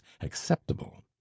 acceptable